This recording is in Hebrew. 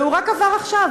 והוא רק עבר עכשיו,